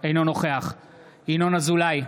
אינו נוכח ינון אזולאי,